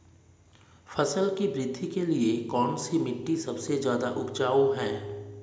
फसल की वृद्धि के लिए कौनसी मिट्टी सबसे ज्यादा उपजाऊ है?